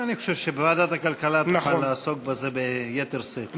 אני חושב שוועדת הכלכלה תוכל לעסוק בזה ביתר שאת.